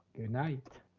goodnight.